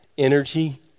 Energy